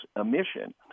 emission